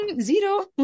zero